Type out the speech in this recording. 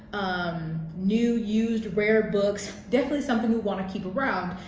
um new, used, rare books, definitely something we want to keep around.